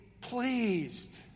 pleased